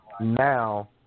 now